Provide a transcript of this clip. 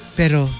pero